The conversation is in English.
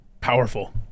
Powerful